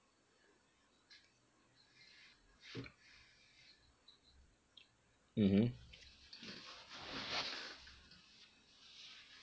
mmhmm